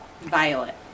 Violet